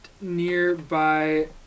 nearby